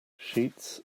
sheets